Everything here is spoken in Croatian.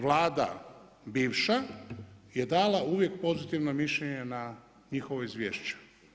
Vlada bivša je dala uvijek pozitivno mišljenje na njihovo izvješće.